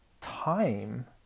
time